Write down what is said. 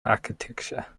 architecture